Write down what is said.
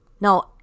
Now